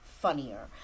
funnier